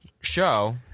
show